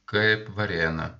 kaip varėna